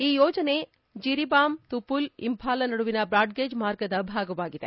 ಈ ಯೋಜನೆ ಜಿರಿಬಾಮ್ ತುಪುಲ್ ಇಂಫಾಲ ನಡುವಿನ ಬ್ರಾಡ್ಗೇಜ್ ಮಾರ್ಗದ ಭಾಗವಾಗಿದೆ